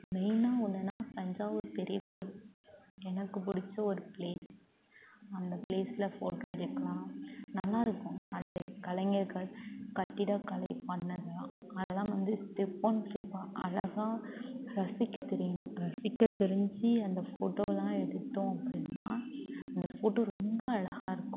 மெயினாக ஒன்றுனா தஞ்சாவூர் பெரிய கோயில் எனக்கு பிடிச்ச ஒரு ப்ளேஸ் அந்த ப்ளேஸ்சில் ஃபோட்டோ எடுக்கலாம் நல்லா இருக்கும் வந்து கலைஞர்கள் கட்டிடக்கலை மன்னரெல்லாம் அதெல்லாம் வந்து ஸ்டெப் ஒன் ஸ்டெப்பாக அழகா ரசிக்க தெரியணும் ரசிக்க தெரிஞ்சு அந்த ஃபோட்டோவெல்லாம் எடுத்தோம் அப்படின்னா அந்த ஃபோட்டோ ரொம்ப அழகா இருக்கும்